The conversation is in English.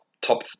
top